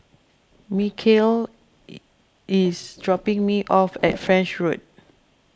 Michale is dropping me off at French Road